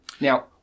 now